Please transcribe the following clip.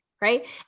Right